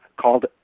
called